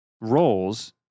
roles